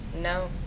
No